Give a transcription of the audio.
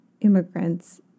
immigrants